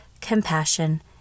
compassion